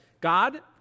God